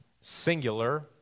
singular